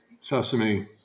Sesame